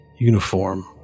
uniform